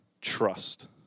trust